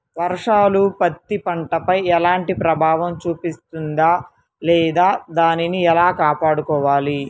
వర్షాలు పత్తి పంటపై ఎలాంటి ప్రభావం చూపిస్తుంద లేదా దానిని ఎలా కాపాడుకోవాలి?